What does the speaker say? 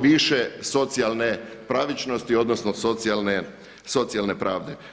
više socijalne pravičnosti, odnosno socijalne pravde.